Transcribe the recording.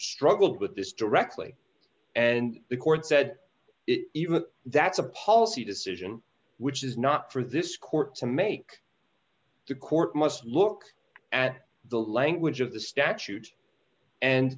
struggled with this directly and the court said it even that's a policy decision which is not for this court to make the court must look at the language of the statute and